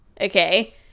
okay